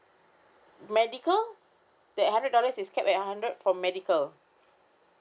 medical that hundred dollars is capped at hundred for medical